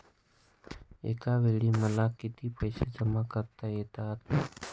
एकावेळी मला किती पैसे जमा करता येतात?